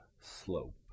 slope